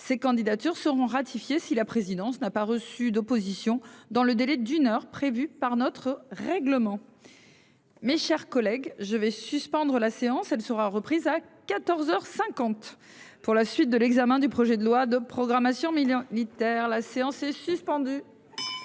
ces candidatures seront ratifiées si la présidence n'a pas reçu d'opposition dans le délai d'une heure prévue par notre règlement. Mes chers collègues, je vais suspendre la séance elle sera reprise à 14h 50 pour la suite de l'examen du projet de loi de programmation mais il lit de terre. La séance est suspendue.